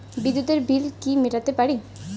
বিদ্যুতের বিল কি মেটাতে পারি?